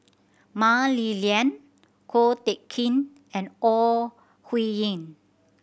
Mah Li Lian Ko Teck Kin and Ore Huiying